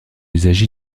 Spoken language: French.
usage